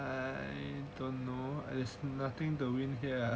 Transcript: I don't know there's nothing to win here